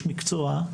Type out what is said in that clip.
כאיש מקצוע,